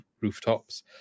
rooftops